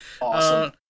Awesome